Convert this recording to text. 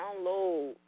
download